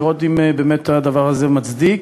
לראות אם באמת הדבר הזה מצדיק.